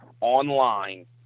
online